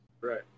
Right